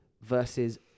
Versus